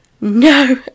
no